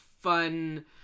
fun